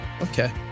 okay